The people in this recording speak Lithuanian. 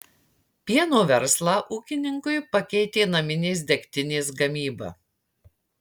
pieno verslą ūkininkui pakeitė naminės degtinės gamyba